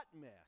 mess